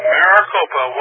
Maricopa